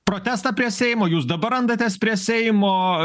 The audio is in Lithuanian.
protestą prie seimo jūs dabar randatės prie seimo